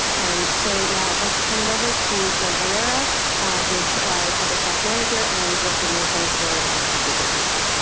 and so, now i'd like to turn it over to jen herrera who's the public health manager and director of nursing for the health services agency.